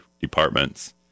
departments